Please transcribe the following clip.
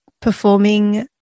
performing